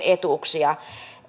etuuksia